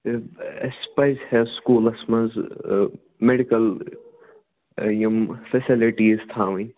تہٕ اَسہِ پزِہے سکوٗلس منٛز میڈِیکل یِم فیسلٹیٖز تھاوٕنۍ